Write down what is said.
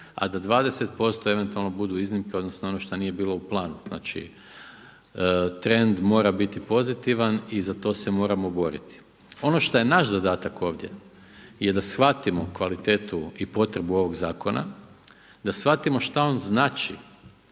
a da 20% eventualno budu iznimke odnosno ono što nije bilo u planu. Znači trend mora biti pozitivan i za to se moramo boriti. Ono što je naš zadatak ovdje je da shvatimo kvalitetu i potrebu ovog zakona, da shvatimo šta on znači.